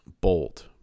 Bolt